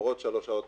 למרות שלוש שעות